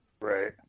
Right